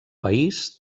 país